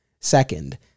second